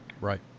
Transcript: right